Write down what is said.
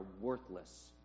worthless